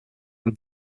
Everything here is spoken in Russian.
нам